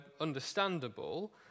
understandable